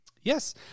Yes